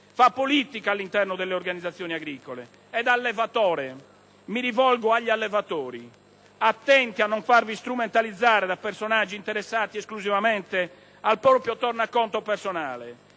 fa politica all'interno delle organizzazioni agricole. E da allevatore, mi rivolgo agli allevatori: attenti a non farvi strumentalizzare da personaggi interessati esclusivamente al proprio tornaconto personale!